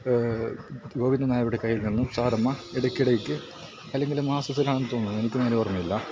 ഗോവിന്ദൻ നായരുടെ കയ്യിൽ നിന്നും സാറമ്മ ഇടയ്ക്കിടയ്ക്ക് അല്ലങ്കിൽ മാസത്തിലാണെന്ന് തോന്നുന്നു എനിക്ക് നല്ല ഓർമ്മയില്ല